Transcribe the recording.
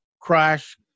crash